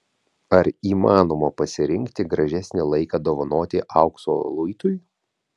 ar įmanoma pasirinkti gražesnį laiką dovanoti aukso luitui